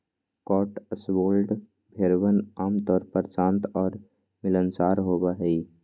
Cotswold भेड़वन आमतौर पर शांत और मिलनसार होबा हई